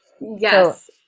Yes